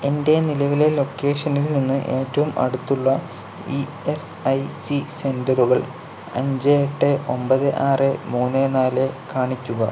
എൻ്റെ നിലവിലെ ലൊക്കേഷനിൽ നിന്ന് ഏറ്റവും അടുത്തുള്ള ഇ എസ് ഐ സി സെൻ്ററുകൾ അഞ്ച് എട്ട് ഒമ്പത് ആറ് മൂന്ന് നാല് കാണിക്കുക